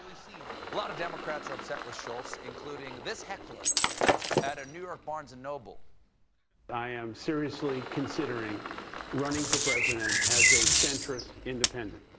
a lot of democrats are upset with schultz, including this heckler at a new york barnes and noble i am seriously considering running for president as a centrist independent.